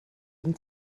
ein